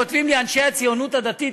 כותבים לי אנשי הציונות הדתית,